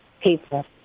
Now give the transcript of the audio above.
people